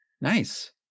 Nice